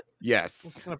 yes